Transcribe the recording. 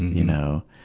you know?